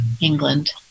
England